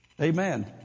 Amen